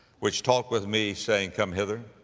which talked with me, saying, come hither,